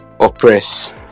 oppress